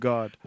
God